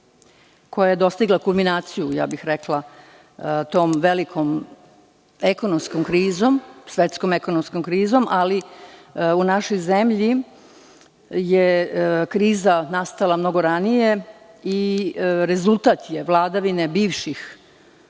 koja je dostigla kulminaciju tom velikom svetskom ekonomskom krizom, ali u našoj zemlji je kriza nastala mnogo ranije i rezultat je vladavine bivših